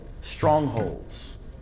Strongholds